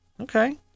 Okay